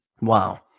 Wow